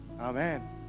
Amen